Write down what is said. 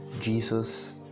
Jesus